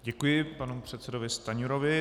Děkuji panu předsedovi Stanjurovi.